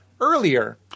earlier